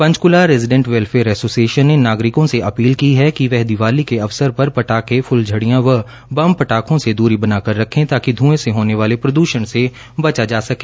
पंचकूला में नागरिकों के एक संगठन ने नागरिकों से अपील की है कि वह दिवाली के अवसर पर पटाखे फुलझड़ियां व बम पटाखों से दूरी बना कर रखें ताकि धूएं से होने वाले प्रद्षण से बचा जा सके